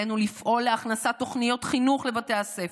עלינו לפעול להכנסת תוכניות חינוך לבתי הספר,